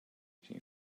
syn